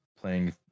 playing